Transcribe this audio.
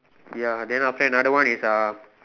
ya then after that another one is uh